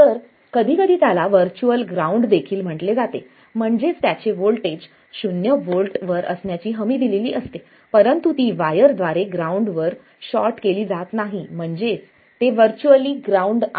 तर कधीकधी त्याला व्हर्च्युअल ग्राउंड देखील म्हटले जाते म्हणजेच त्याचे व्होल्टेज शून्य व्होल्ट वर असण्याची हमी दिलेली असते परंतु ती वायरद्वारे ग्राउंड वर शॉर्ट केली जात नाही म्हणजेच ते व्हर्च्युअल ग्राउंड आहे